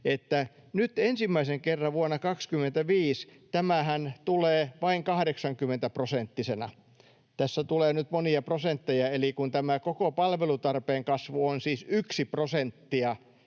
että nyt ensimmäisen kerran vuonna 25 tämähän tulee vain 80-prosenttisena. Tässä tulee nyt monia prosentteja, eli kun tämä koko palvelutarpeen kasvu on siis yksi prosenttia